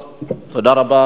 אז תודה רבה,